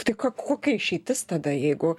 tai ką kokia išeitis tada jeigu